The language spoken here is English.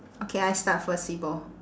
okay I start first sibo